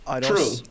true